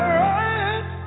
right